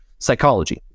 psychology